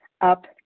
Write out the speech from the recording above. up